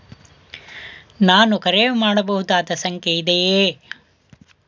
ನಾನು ಕರೆ ಮಾಡಬಹುದಾದ ಸಂಖ್ಯೆ ಇದೆಯೇ?